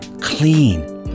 clean